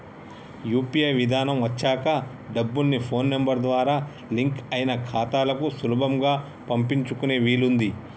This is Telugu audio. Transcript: యూ.పీ.ఐ విధానం వచ్చాక డబ్బుల్ని ఫోన్ నెంబర్ ద్వారా లింక్ అయిన ఖాతాలకు సులభంగా పంపించుకునే వీలుంది